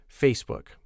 Facebook